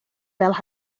fel